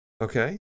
Okay